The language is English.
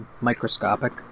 microscopic